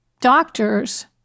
doctors